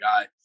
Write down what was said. guy